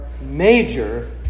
major